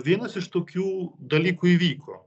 vienas iš tokių dalykų įvyko